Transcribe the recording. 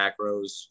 macros